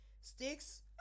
sticks